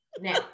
Now